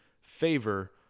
favor